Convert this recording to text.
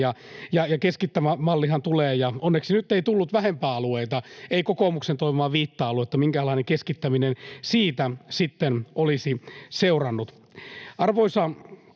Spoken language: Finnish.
ja keskittävä mallihan tulee, ja onneksi nyt ei tullut vähempää alueita, ei kokoomuksen toivomaa viittä aluetta. Minkähänlainen keskittäminen siitä sitten olisi seurannut? Arvoisa